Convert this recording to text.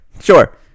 sure